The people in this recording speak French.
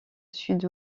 sud